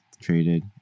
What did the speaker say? traded